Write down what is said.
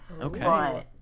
Okay